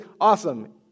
Awesome